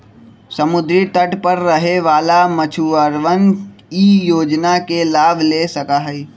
समुद्री तट पर रहे वाला मछुअरवन ई योजना के लाभ ले सका हई